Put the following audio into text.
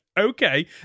okay